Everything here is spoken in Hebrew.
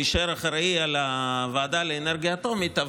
הוא יישאר אחראי לוועדה לאנרגיה אטומית.